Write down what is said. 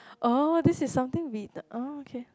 oh this is something we d~ oh okay